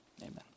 Amen